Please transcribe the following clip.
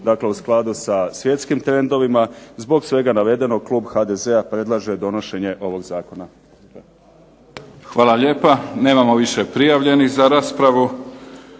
Dakle, u skladu sa svjetskim trendovima. Zbog svega navedenog klub HDZ-a predlaže donošenje ovog zakona. **Mimica, Neven (SDP)** Hvala lijepa. Nemamo više prijavljenih za raspravu.